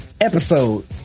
episode